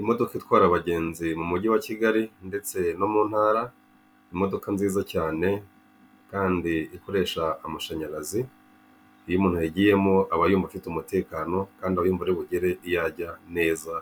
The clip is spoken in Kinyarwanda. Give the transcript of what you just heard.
Imodoka itwara abagenzi mumugi wa kigali ndetse no muntara, imodoka nziza cyane kandi ikoresha amashanyarazi iyo umuntu ayijyiyemo aba yumva afite umutekano kandi aba yumva ari bugere iyo ajya neza